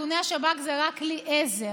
איכוני השב"כ זה רק כלי עזר.